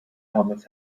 helmets